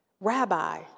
Rabbi